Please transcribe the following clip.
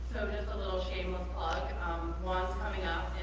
the little shameless ones coming up